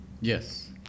Yes